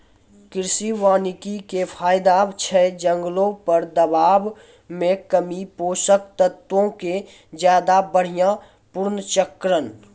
कृषि वानिकी के फायदा छै जंगलो पर दबाब मे कमी, पोषक तत्वो के ज्यादा बढ़िया पुनर्चक्रण